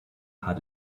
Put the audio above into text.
had